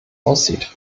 aussieht